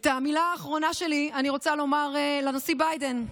את המילה האחרונה שלי אני רוצה לומר לנשיא ביידן,